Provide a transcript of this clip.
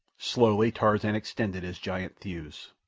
slowly tarzan extended his giant thews.